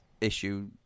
issue